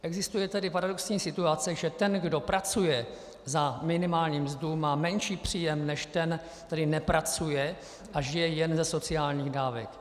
Existuje tedy paradoxní situace, že ten, kdo pracuje za minimální mzdu, má menší příjem než ten, který nepracuje a žije jen ze sociálních dávek.